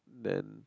then